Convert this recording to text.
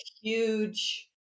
huge